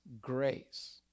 grace